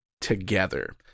together